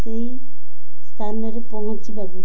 ସେଇ ସ୍ଥାନରେ ପହଞ୍ଚିବାକୁ